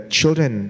children